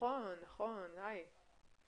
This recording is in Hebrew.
היי.